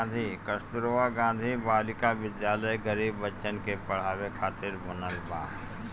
कस्तूरबा गांधी बालिका विद्यालय गरीब बच्चन के पढ़ावे खातिर बनल बा